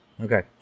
Okay